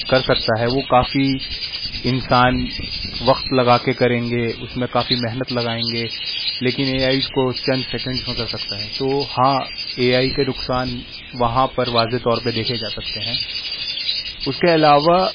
کر سکتا ہے وہ کافی انسان وقت لگا کے کریں گے اس میں کافی محنت لگائیں گے لیکن اے آئی اس کو چند سیکنڈس میں کر سکتا ہے تو ہاں اے آئی کے نقصان وہاں پر واضح طور پہ دیکھے جا سکتے ہیں اس کے علاوہ